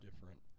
different